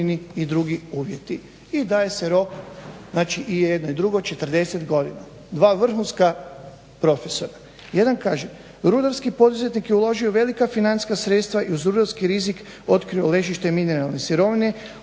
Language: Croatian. i drugi uvjeti i daje se rok i jedno i drugo četrdeset godina, dva vrhunska profesora.“ Jedan kaže rudarski poduzetnik je uložio velika financijska sredstva i uz rudarski rizik otkrio ležište mineralne sirovine,